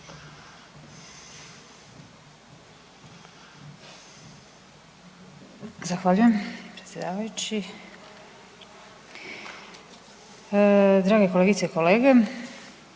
Zahvaljujem predsjedavajući. Drage kolegice i kolege.